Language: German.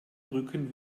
brücken